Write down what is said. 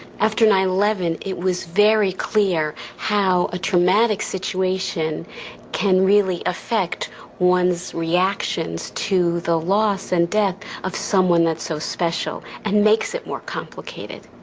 after nine eleven it was very clear how a traumatic situation can really affect one's reactions to the loss and death of someone that's so special and makes it more complicated.